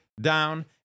down